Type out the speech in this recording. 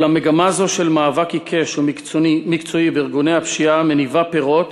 מגמה זו של מאבק עיקש ומקצועי בארגוני הפשיעה מניבה פירות,